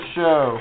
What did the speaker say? Show